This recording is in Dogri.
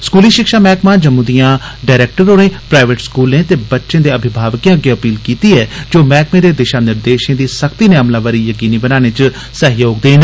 स्कूली शिक्षा मैहकमा जम्मू दियां डायरेक्टर होरें प्राइवेट स्कूलें ते बच्चें दे अभिभावकें अग्गे अपील कीती ऐ जे ओह् मैहकमे दे दिशा निर्देशों दी सख्ती नै अमलावरी यकीनी बनाने च सहयोग न